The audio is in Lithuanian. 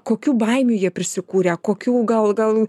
kokių baimių jie prisikūrę kokių gal gal